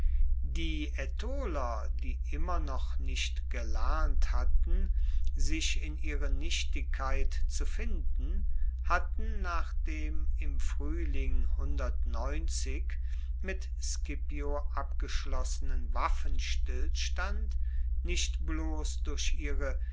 die aetoler die immer noch nicht gelernt hatten sich in ihre nichtigkeit zu finden hatten nach dem im fruehling mit scipio abgeschlossenen waffenstillstand nicht bloss durch ihre